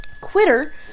Quitter